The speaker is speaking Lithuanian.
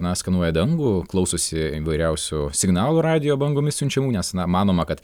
na skenuoja dangų klausosi įvairiausių signalų radijo bangomis siunčiamų nes na manoma kad